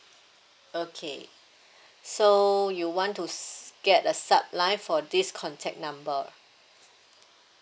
okay so you want to s~ get a sub line for this contact number